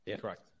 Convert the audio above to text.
Correct